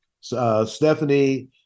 Stephanie